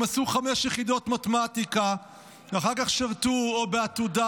הם עשו חמש יחידות מתמטיקה ואחר כך שירתו בעתודה,